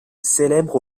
célèbre